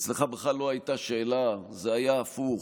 אצלך בכלל לא הייתה שאלה, זה היה הפוך.